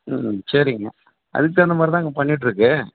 ம் சரிங்க அதுக்கு தகுந்தமாதிரி தான்ங்க பண்ணிட்டுருக்குது